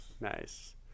Nice